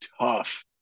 tough